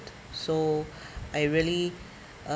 so I really uh